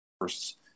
first